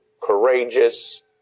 courageous